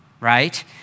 right